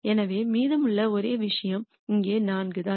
எனவே மீதமுள்ள ஒரே விஷயம் இங்கே 4 தான்